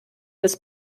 des